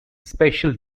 special